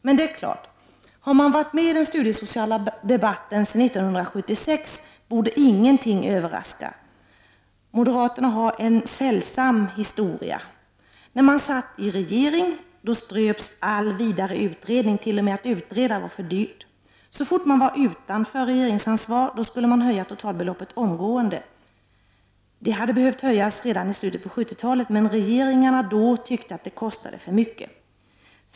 Men det är klart — har man varit med i den studiesociala debatten sedan 1976 borde ingenting överraska. Moderaterna har en sällsam historia. När de satt i regering ströps all vidare utredning. Det var t.o.m. för dyrt att utreda. Så fort de stod utanför regeringsansvar ville de omgående höja totalbeloppet. Det hade behövt höjas redan i slutet på 70-talet, men regeringarna då tyckte att det kostade för mycket.